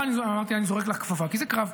אמרתי, אני זורק לך כפפה, כי זה קרב,